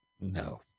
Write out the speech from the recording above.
no